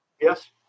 Yes